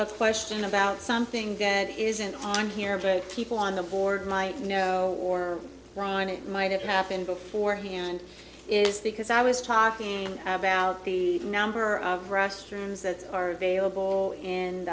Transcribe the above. a question about something that isn't on here but people on the board might know or might have happened beforehand is because i was talking about the number of restrooms that are vailable in